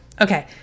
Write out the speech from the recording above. okay